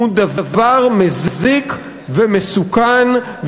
הוא דבר מזיק ומסוכן.